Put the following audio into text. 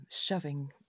shoving